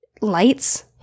lights